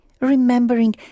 remembering